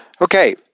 Okay